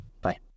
Bye